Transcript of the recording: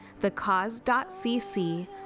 thecause.cc